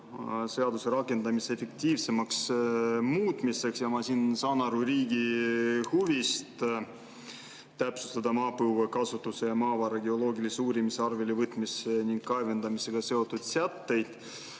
seaduse rakendamise efektiivsemaks muutmiseks. Ma saan aru riigi huvist täpsustada maapõue kasutamise ja maavara geoloogilise uurimise, arvele võtmise ning kaevandamisega seotud sätteid.